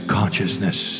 consciousness